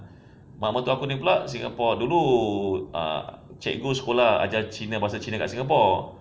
mak mertua aku ni pula singapore dulu ah cikgu sekolah ajar cina bahasa cina dekat singapore